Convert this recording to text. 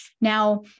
Now